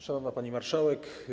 Szanowna Pani Marszałek!